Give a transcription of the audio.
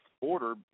order